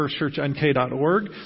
FirstChurchNK.org